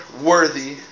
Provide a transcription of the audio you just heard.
worthy